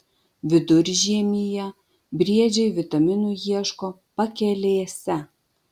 viduržiemyje briedžiai vitaminų ieško pakelėse